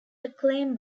acclaim